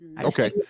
Okay